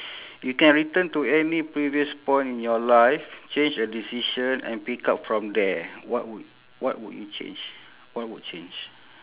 you can return to any previous point in your life change a decision and pick up from there what would what would you change what would change